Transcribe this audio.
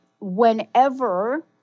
Whenever